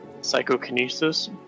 psychokinesis